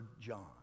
John